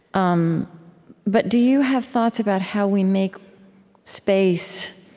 um but do you have thoughts about how we make space,